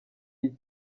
iyi